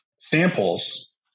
samples